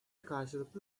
karşılıklı